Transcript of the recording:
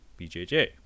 BJJ